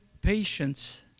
patience